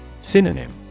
Synonym